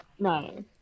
No